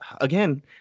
again